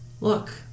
Look